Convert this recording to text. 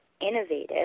innovative